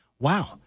wow